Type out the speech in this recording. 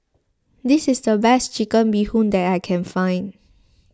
this is the best Chicken Bee Hoon that I can find